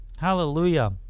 Hallelujah